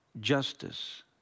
justice